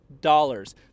dollars